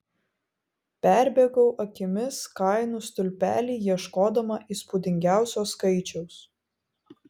perbėgau akimis kainų stulpelį ieškodama įspūdingiausio skaičiaus